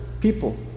people